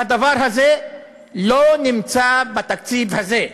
והדבר הזה לא נמצא בתקציב הזה,